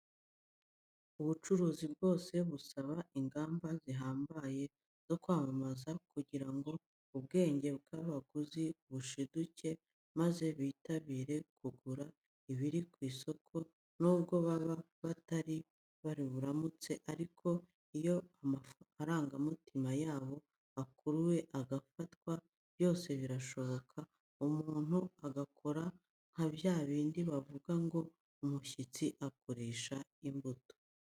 Ubucuruzi bwose busaba ingamba zihambaye zo kwamamaza kugira ngo ubwenge bw'abaguzi bushiduke, maze bitabire kugura ibiri ku isoko n'ubwo baba batari babiramutse ariko iyo amarangamutima yabo akuruwe agafatwa byose birashoboka, umuntu agakora nka bya bindi bavuga ngo umushyitsi akurisha imbuto.